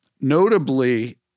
Notably